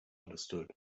understood